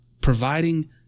providing